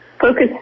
focus